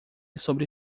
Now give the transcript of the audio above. sobre